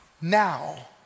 now